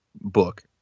book